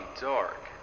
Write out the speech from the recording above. dark